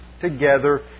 together